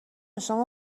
شما